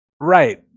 Right